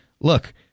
Look